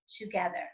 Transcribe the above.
together